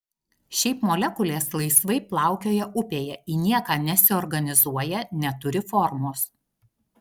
šiaip molekulės laisvai plaukioja upėje į nieką nesiorganizuoja neturi formos